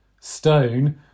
stone